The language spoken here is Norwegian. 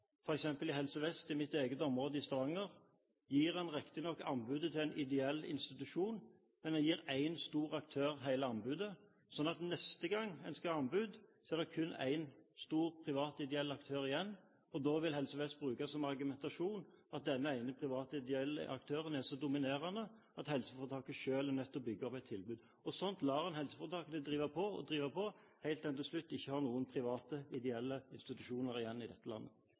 f.eks. i Helse Vest, i mitt eget område i Stavanger, gir en riktignok anbudet til en ideell institusjon, men en gir én stor aktør hele anbudet, sånn at neste gang en skal ha anbud, er det kun én stor privat ideell aktør igjen, og da vil Helse Vest bruke som argumentasjon at denne ene private ideelle aktøren er så dominerende at helseforetaket selv er nødt til å bygge opp et tilbud. Slik lar en helseforetakene drive på og drive på, helt til en til slutt ikke har noen private ideelle institusjoner igjen i dette landet.